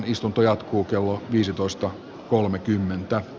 istunto jatkuu kello viisitoista kolmekymmentä